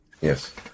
Yes